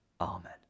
Amen